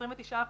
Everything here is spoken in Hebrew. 29%,